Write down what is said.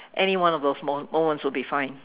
any one of those mo~ moments would be fine